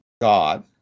God